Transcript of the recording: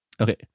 Okay